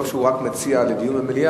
לא שהוא מציע רק דיון במליאה,